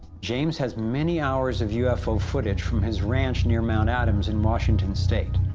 james has many hours of ufo footage from his ranch near mount adams in washington state.